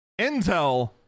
Intel